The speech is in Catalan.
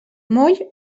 moll